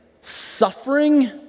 suffering